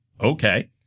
okay